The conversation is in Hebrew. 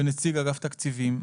ונציג אגף תקציבים.